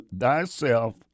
thyself